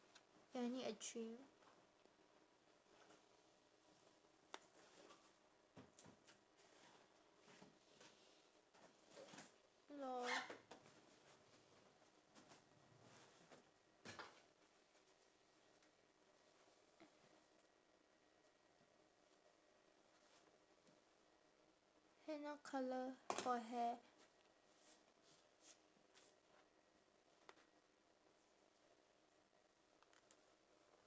ya I need a drink LOL henna colour for hair